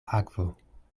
akvo